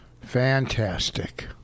Fantastic